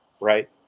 right